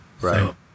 Right